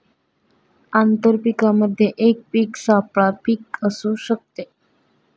आंतर पीकामध्ये एक पीक सापळा पीक असू शकते